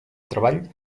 treball